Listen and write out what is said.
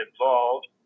involved